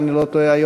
אם אני לא טועה,